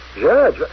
Judge